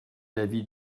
l’avis